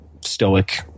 Stoic